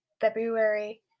February